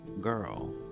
girl